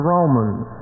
Romans